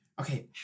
Okay